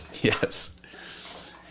Yes